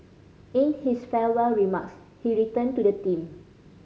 in his farewell remarks he returned to the theme